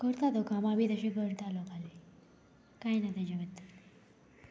करता तो कामा बी तशें करता लोकाली कांय ना ताज्या बद्दल